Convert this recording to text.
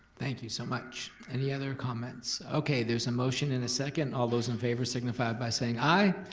thank you so much, any other comments? okay there's a motion and a second, all those in favor signify by saying aye?